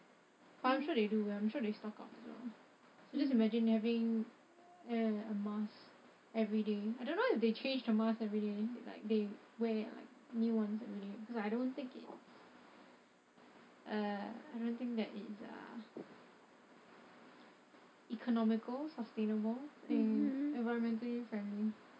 but I'm sure they do I'm sure they stock up as well so just imagine having eh a mask everyday I don't know if they change the mask everyday they like they wear like new ones everyday cause I don't think it's uh I don't think that it is uh economical sustainable and environmentally friendly